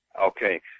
Okay